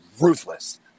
ruthless